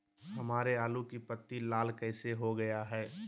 हमारे आलू की पत्ती लाल कैसे हो गया है?